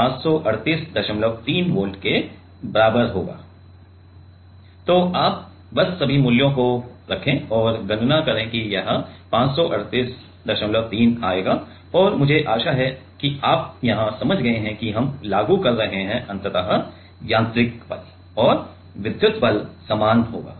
w 5 µm h 25 µm l 65 µm kG 19231 Nm keq 4kG n 3 b 25 µm d 5 µm y 5 µm Hence So V 5383 V तो आप बस सभी मूल्यों को रखें और गणना करें कि यह 5383 आएगा और मुझे आशा है कि आप यहां समझ गए हैं कि हम लागू कर रहे अंततः यांत्रिक बल हैं और विद्युत बल समान होगा